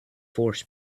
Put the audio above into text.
force